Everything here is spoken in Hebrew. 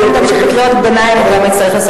קודם כול, אתה הולך עם מקל.